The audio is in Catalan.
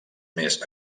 més